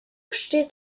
stehst